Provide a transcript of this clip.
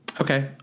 Okay